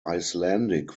icelandic